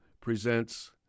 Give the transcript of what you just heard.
presents